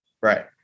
Right